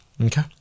okay